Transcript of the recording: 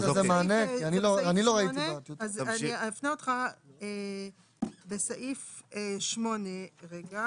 זה בסעיף 8. אז אני אפנה אותך, בסעיף 8, רגע.